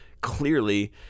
clearly